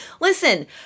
Listen